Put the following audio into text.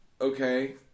Okay